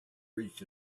reached